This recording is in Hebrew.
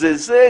איזה זה,